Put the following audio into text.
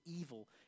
evil